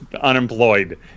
unemployed